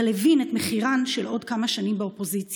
אבל הבין את מחירן של עוד כמה שנים באופוזיציה.